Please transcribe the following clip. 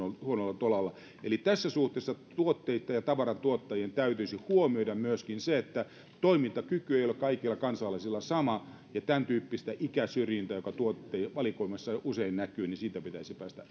huonolla tolalla tässä suhteessa tuotteitten ja tavarantuottajien täytyisi huomioida myöskin se että toimintakyky ei ole kaikilla kansalaisilla sama tämäntyyppisestä ikäsyrjinnästä joka tuotevalikoimassa usein näkyy pitäisi päästä